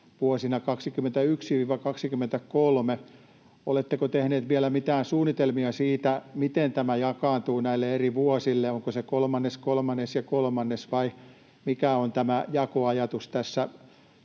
vuosina 21—23. Oletteko tehnyt vielä mitään suunnitelmia siitä, miten tämä jakaantuu näille eri vuosille? Onko se kolmannes, kolmannes ja kolmannes, vai mikä on tämä jakoajatus tässä